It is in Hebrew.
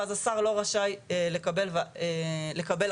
ואז השר לא רשאי לקבל החלטה.